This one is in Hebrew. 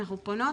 אנחנו פונות